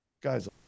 guys